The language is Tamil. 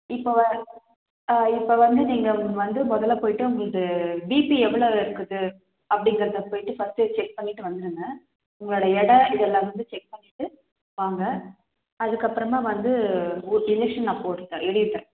இப்போ வ ஆ இப்போ வந்து நீங்கள் வந்து மொதலில் போயிட்டு உங்களது பிபி எவ்வளோ இருக்குது அப்படிங்கறத போயிட்டு ஃபஸ்ட்டு செக் பண்ணிகிட்டு வந்துடுங்க உங்களோடய எடை இது எல்லாம் வந்து செக் பண்ணிவிட்டு வாங்க அதுக்கப்புறமா வந்து உங்களுக்கு இன்ஜெக்ஷன் நான் போட்டு தரேன் எழுதி தரேன்